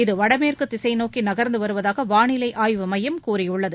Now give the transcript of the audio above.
இது வடமேற்கு திசைநோக்கி நகர்ந்து வருவதாக வாளிலை ஆய்வு மையம் கூறியுள்ளது